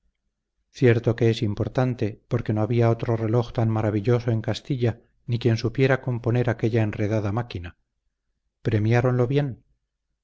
cierto que es importante porque no había otro reloj tan maravilloso en castilla ni quien supiera componer aquella enredada máquina premiáronlo bien